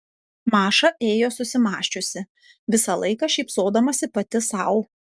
maša ėjo susimąsčiusi visą laiką šypsodamasi pati sau